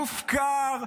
מופקר,